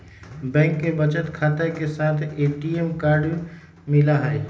bank में बचत खाता के साथ ए.टी.एम कार्ड मिला हई